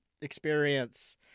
experience